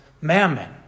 mammon